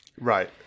Right